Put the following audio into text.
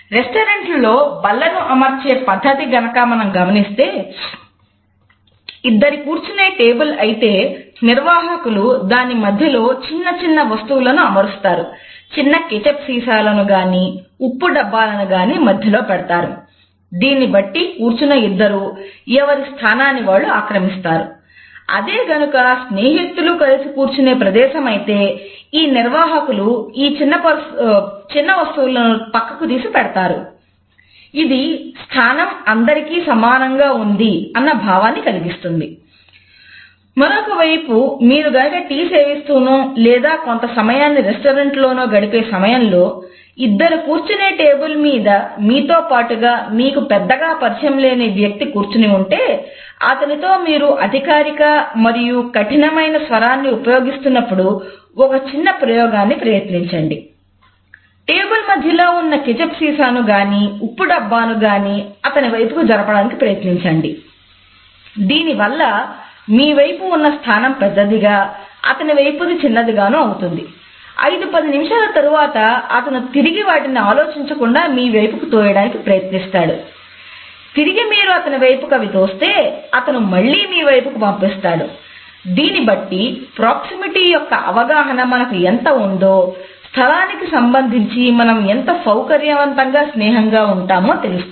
రెస్టారెంట్లలో యొక్క అవగాహన మనకు ఎంత ఉందో స్థలానికి సంబంధించి మనం ఎంత సౌకర్యవంతంగా స్నేహంగా ఉంటామో తెలుస్తుంది